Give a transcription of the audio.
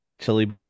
chili